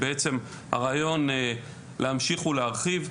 כשהרעיון הוא להמשיך ולהרחיב.